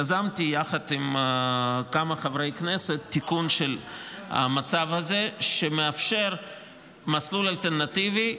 יזמתי יחד עם כמה חברי כנסת תיקון של המצב הזה שמאפשר מסלול אלטרנטיבי: